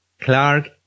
Clark